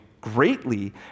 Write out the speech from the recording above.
greatly